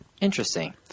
Interesting